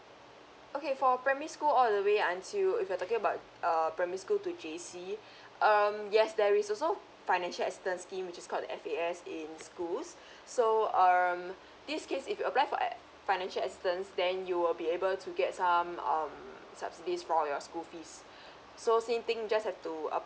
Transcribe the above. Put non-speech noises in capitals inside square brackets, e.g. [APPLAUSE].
okay for primary school all the way until if you're talking about err primary school to J_C um yes there is also financial assistance scheme which is called the F_A_S in schools so err mm this case if you apply for a~ financial assistance then you will be able to get some um subsidies for your school fees [BREATH] so same thing just have to apply